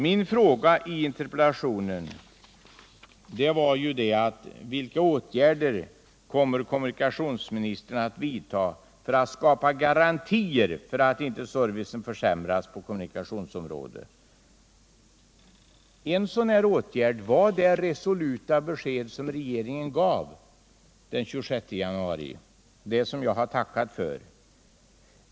Min fråga i interpellationen var: ”Vilka åtgärder kommer statsrådet att vidta för att skapa garantier för att inte servicen försämras på kommunikationsområdet?” En sådan åtgärd var det resoluta besked som regeringen gav den 26 januari, det som jag har tackat för.